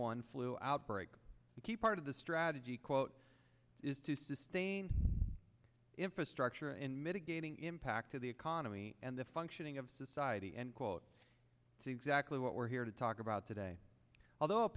one flu outbreak a key part of the strategy quote is to sustain the infrastructure and mitigating impact to the economy and the functioning of society end quote to exactly what we're here to talk about today although